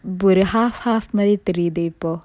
ஒரு:oru half half மாதிரி தெரியுது இப்போ:madiri theriyuthu ippo